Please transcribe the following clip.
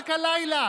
רק הלילה